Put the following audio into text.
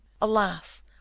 alas